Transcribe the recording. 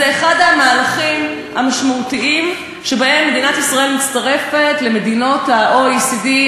זה אחד המהלכים המשמעותיים שבהם מדינת ישראל מצטרפת למדינות ה-OECD.